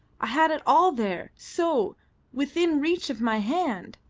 i had it all there so within reach of my hand.